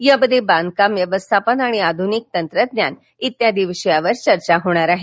यामध्ये बांधकाम व्यवस्थापन आणि आधुनिक तंत्रज्ञान आदी विषयांवर चर्चा होणार आहे